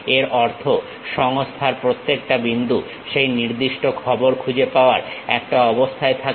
এর অর্থ হলো সংস্থার প্রত্যেকটা বিন্দু সেই নির্দিষ্ট খবর খুঁজে পাওয়ার একটা অবস্থায় থাকে